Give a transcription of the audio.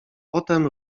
potem